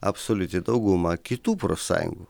absoliuti dauguma kitų profsąjungų